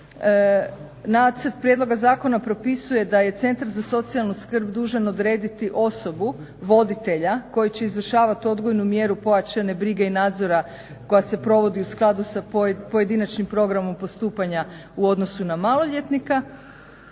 Nacrt prijedloga zakona propisuje da je Centar za socijalnu skrb dužan odrediti osobu, voditelja koji će izvršavati odgojnu mjeru pojačane brige i nadzora koja se provodi u skladu sa pojedinačnim programom postupanja u odnosu na maloljetnika.